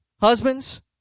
Husbands